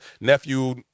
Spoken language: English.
nephew